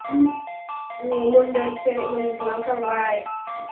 ओम मुनडन सेरेम'नि खालामखांबाय